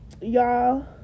Y'all